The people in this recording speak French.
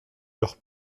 leur